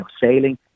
sailing